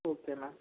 okay madam